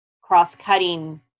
cross-cutting